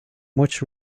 much